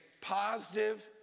positive